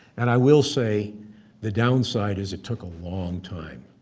and i will say the downside is it took a long time.